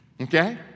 Okay